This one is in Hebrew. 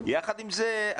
יחד עם זה,